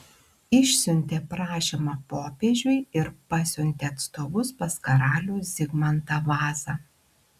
išsiuntė prašymą popiežiui ir pasiuntė atstovus pas karalių zigmantą vazą